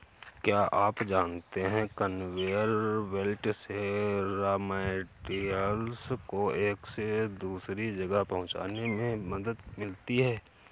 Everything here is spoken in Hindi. क्या आप जानते है कन्वेयर बेल्ट से रॉ मैटेरियल्स को एक से दूसरे जगह पहुंचने में मदद मिलती है?